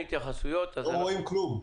לא רואים כלום.